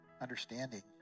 understanding